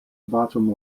bottom